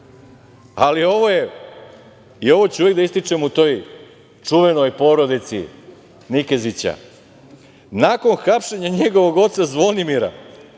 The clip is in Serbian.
i ovo ću uvek da ističem o toj čuvenoj porodici Nikezića, nakon hapšenja njegovog oca Zvonimira